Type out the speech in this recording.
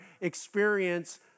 experience